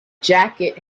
jacket